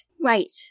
Right